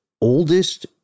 oldest